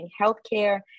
healthcare